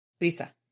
Lisa